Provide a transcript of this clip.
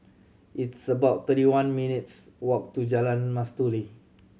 it's about thirty one minutes' walk to Jalan Mastuli